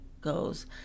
goes